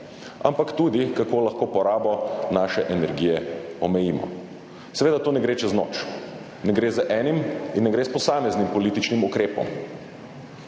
ampak tudi kako lahko porabo naše energije omejimo. Seveda to ne gre čez noč. Ne gre z enim in ne gre s posameznim političnim ukrepom.